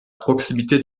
proximité